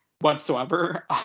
whatsoever